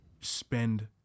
Spend